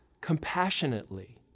compassionately